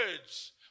words